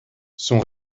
son